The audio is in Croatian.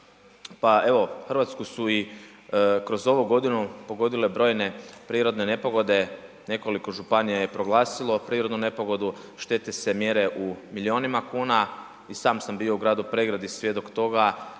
pa evo RH su i kroz ovu godinu pogodile brojne prirodne nepogode, nekoliko županija je proglasilo prirodnu nepogodu, štete se mjere u milijunima kuna i sam sam bio u gradu Pregradi svjedok toga,